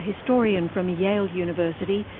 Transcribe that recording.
historian from yale university,